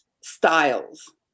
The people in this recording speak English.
styles